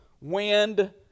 wind